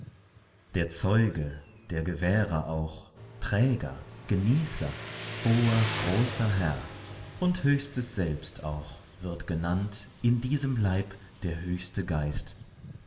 der zeuge der gewährer auch träger genießer großer herr und höchstes selbst auch wird genannt in diesem leib der höchste geist